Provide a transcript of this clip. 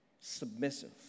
submissive